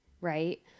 right